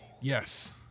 Yes